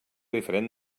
diferent